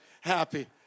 happy